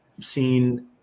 seen